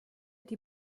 die